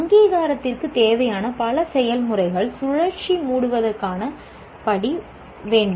அங்கீகாரத்திற்குத் தேவையான பல செயல்முறைகள் "சுழற்சியை மூடுவதற்கான" படி வேண்டும்